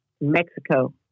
Mexico